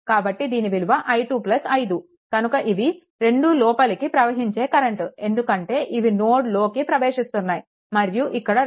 కాబట్టి దీని విలువ i2 5 కనుక ఇవి రెండు లోపలికి ప్రవహించే కరెంట్ ఎందుకంటే ఇవి నోడ్ లోకి ప్రవేశిస్తున్నాయి మరియు ఇక్కడ 2